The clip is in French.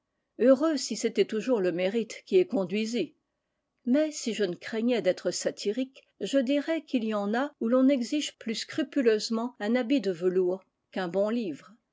heureux si c'était toujours le mérite qui y conduisît mais si je ne craignais d'être satirique je dirais qu'il y en a où l'on exige plus scrupuleusement un habit de velours qu'un bon livre